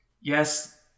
Yes